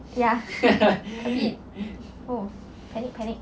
ya a bit oh panic panic